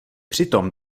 přitom